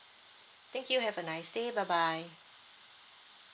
thank you have a nice day bye bye